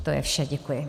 To je vše, děkuji.